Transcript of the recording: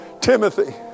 Timothy